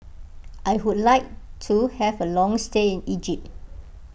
I would like to have a long stay in Egypt